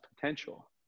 potential